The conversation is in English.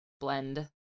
blend